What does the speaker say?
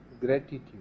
gratitude